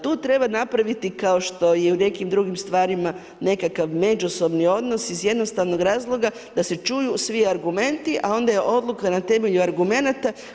Tu treba napraviti kao što je i u nekakvim drugim stvarima nekakav međusobni odnos iz jednostavnog razloga da se čuju svi argumenti, a onda je odluka na temelju argumenata.